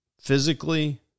Physically